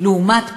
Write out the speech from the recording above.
לעומת פי-שלושה.